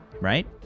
right